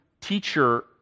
teacher